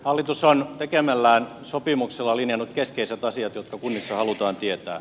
hallitus on tekemällään sopimuksella linjannut keskeiset asiat jotka kunnissa halutaan tietää